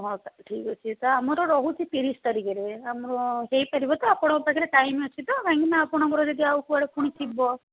ହଉ ତା'ହେଲେ ଠିକ୍ ଅଛି ତ ଆମର ରହୁଛି ତିରିଶ ତାରିଖରେ ଆମର ହେଇ ପାରିବ ତ ଆପଣଙ୍କ ପାଖରେ ଟାଇମ୍ ଅଛି ତ କାହିଁକି ନା ଆପଣଙ୍କର ଯଦି ଆଉ କୁଆଡ଼େ ଫୁଣି ଥିବ